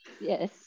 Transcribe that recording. yes